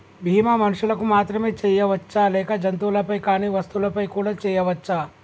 బీమా మనుషులకు మాత్రమే చెయ్యవచ్చా లేక జంతువులపై కానీ వస్తువులపై కూడా చేయ వచ్చా?